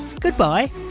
goodbye